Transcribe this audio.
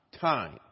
time